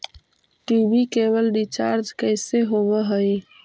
TV cable recharge कैसे होब हइ?